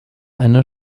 eine